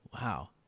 Wow